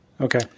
Okay